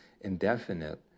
indefinite